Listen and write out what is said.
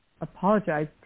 apologize